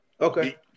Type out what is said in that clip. Okay